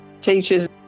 teachers